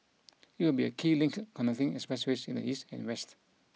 it will be a key link connecting expressways in the east and west